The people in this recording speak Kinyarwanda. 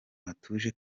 hatuje